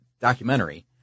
documentary